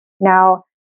Now